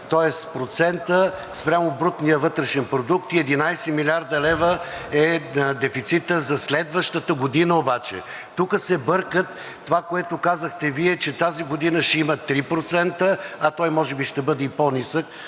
тоест процентът спрямо брутния вътрешен продукт, и 11 млрд. лв. е дефицитът за следващата година обаче. Тук се бъркат. Това, което казахте Вие, че тази година ще има 3%, а той може би ще бъде и по-нисък,